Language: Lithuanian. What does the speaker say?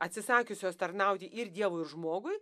atsisakiusios tarnauti ir dievui žmogui